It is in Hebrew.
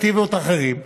יש אלטרנטיבות אחרות,